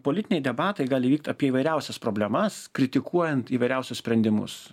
politiniai debatai gali vykt apie įvairiausias problemas kritikuojant įvairiausius sprendimus